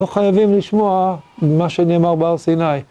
לא חייבים לשמוע מה שנאמר בהר סיני.